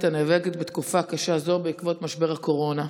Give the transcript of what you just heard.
הנאבקת בתקופה קשה זו בעקבות משבר הקורונה: